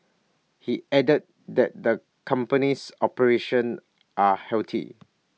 he added that the company's operations are healthy